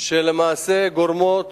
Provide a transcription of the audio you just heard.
שלמעשה גורמות